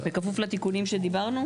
בכפוף לתיקונים שדיברנו?